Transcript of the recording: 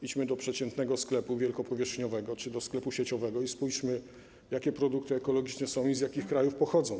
Idźmy do przeciętnego sklepu wielkopowierzchniowego czy do sklepu sieciowego i spójrzmy, jakie są produkty ekologiczne i z jakich krajów pochodzą.